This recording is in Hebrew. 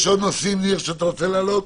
יש עוד נושאים שתרצה להעלות,